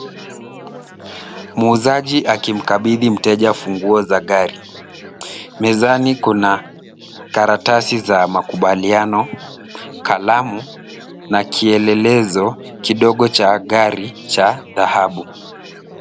Muuzaji akimkabidhi mteja funguo za gari. Mezani kuna karatasi za makubaliano, kalamu na kielelezo kidogo cha gari cha dhahabu.